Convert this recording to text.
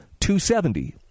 270